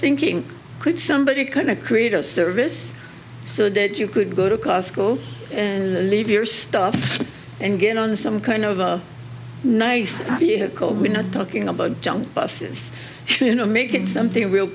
thinking could somebody kind of create a service so that you could go to costco and leave your stuff and get on some kind of a nice vehicle we're not talking about junk buses you know make it something real